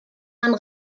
man